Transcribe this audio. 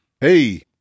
hey